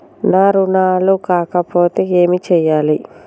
నా రుణాలు కాకపోతే ఏమి చేయాలి?